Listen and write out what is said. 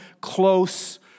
close